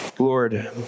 Lord